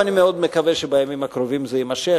אני מאוד מקווה שבימים הקרובים זה יימשך.